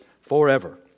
forever